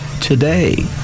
today